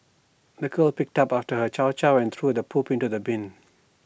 the girl picked up after her chow chow and threw the poop into the bin